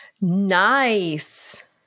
Nice